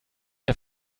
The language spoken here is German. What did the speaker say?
der